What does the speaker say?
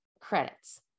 credits